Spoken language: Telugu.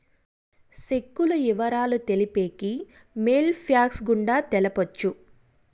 సెక్కుల ఇవరాలు తెలిపేకి మెయిల్ ఫ్యాక్స్ గుండా తెలపొచ్చు